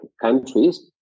countries